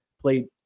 played